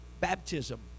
baptism